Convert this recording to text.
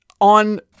on